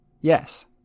yes